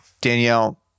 Danielle